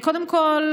קודם כול,